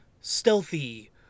stealthy